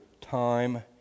time